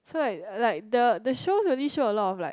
so like like the the show only show a lot of like